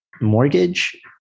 mortgage